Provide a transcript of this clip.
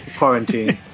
quarantine